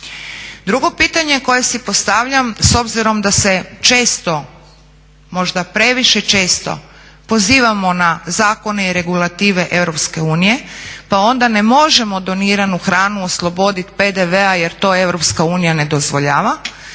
Drugo pitanje koje si postavljam s obzirom da se često možda previše često pozivamo na zakone i regulative EU pa onda ne možemo doniranu hranu oslobodit PDV-a jer to EU ne dozvoljava.